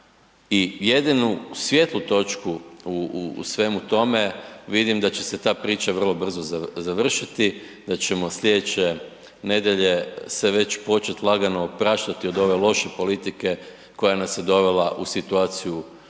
I jedinu svijetlu točku u svemu tome vidim da će se ta priča vrlo brzo završiti, da ćemo slijedeće nedjelje se već početi lagano opraštati od ove loše politike koja nas je dovela u situaciju